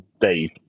Dave